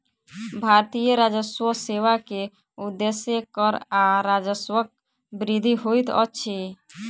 भारतीय राजस्व सेवा के उदेश्य कर आ राजस्वक वृद्धि होइत अछि